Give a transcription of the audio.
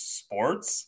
sports